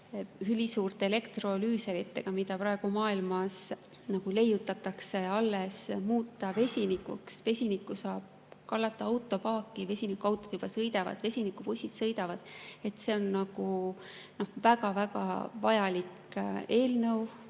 ülisuurte elektrolüüseritega, mida praegu maailmas alles leiutatakse, muuta vesinikuks. Vesinikku saab kallata autopaaki, vesinikuautod juba sõidavad, vesinikubussid sõidavad. See on väga vajalik eelnõu